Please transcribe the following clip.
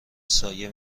سایه